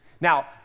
Now